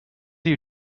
you